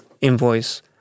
invoice